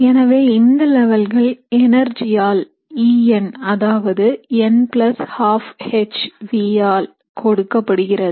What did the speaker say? எனவே இந்த லெவல்கள் எனர்ஜியால் en அதாவது n 1⁄2hv வால் கொடுக்கப்படுகிறது